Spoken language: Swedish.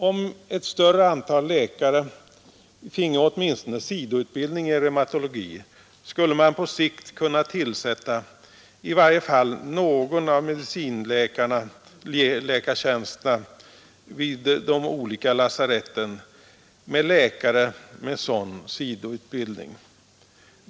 Om ett större antal läkare finge åtminstone sidoutbildning i reumatologi, skulle man på sikt kunna tillsätta i varje fall någon av medicinläkartjänsterna vid de olika lasaretten med läkare med sådan sidoutbildning.